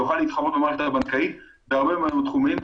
יוכל להתחרות עם המערכת הבנקאית בהמון תחומים.